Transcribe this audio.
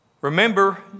Remember